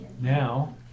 Now